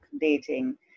dating